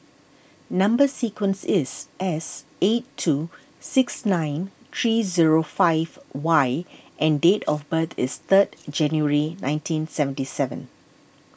Number Sequence is S eight two six nine three zero five Y and date of birth is third January nineteen seventy seven